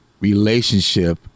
relationship